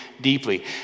deeply